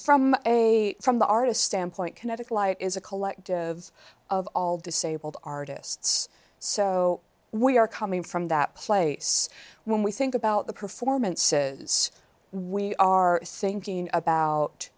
from a from the artist standpoint kinetic light is a collective of all disabled artists so we are coming from that place when we think about the performances we are sinking about